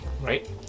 right